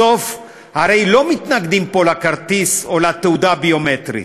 בסוף הרי לא מתנגדים פה לכרטיס או לתעודה הביומטרית,